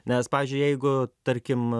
nes pavyzdžiui jeigu tarkim